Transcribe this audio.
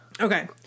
Okay